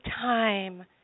time